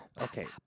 Okay